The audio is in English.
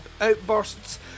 outbursts